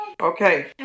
Okay